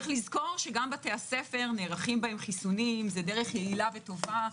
צריך לזכור שגם בתי הספר נערכים בהם חיסונים זו דרך יעילה וטובה,